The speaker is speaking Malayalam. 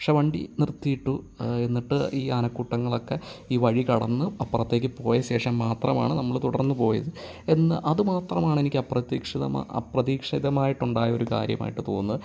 പക്ഷെ വണ്ടി നിർത്തിയിട്ടു എന്നിട്ട് ഈ ആനക്കൂട്ടങ്ങളൊക്കെ ഈ വഴി കടന്ന് അപ്പുറത്തേക്ക് പോയ ശേഷം മാത്രമാണ് നമ്മൾ തുടർന്നുപോയത് എന്ന് അതുമാത്രമാണ് എനിക്ക് അപ്രതീക്ഷിതം അപ്രതീക്ഷിതമായിട്ട് ഉണ്ടായ ഒരു കാര്യമായിട്ട് തോന്നുന്നത്